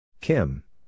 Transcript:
Kim